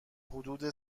حدود